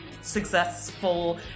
successful